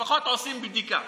לפחות עושים בדיקה.